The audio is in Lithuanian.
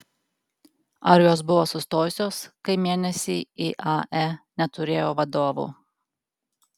ar jos buvo sustojusios kai mėnesį iae neturėjo vadovo